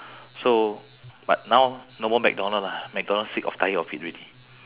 so but now no more mcdonald lah mcdonald sick of tired of it already